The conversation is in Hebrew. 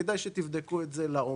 וכדאי שתבדקו את זה לעומק.